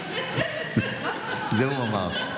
זה הוא אמר.